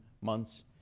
months